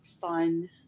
fun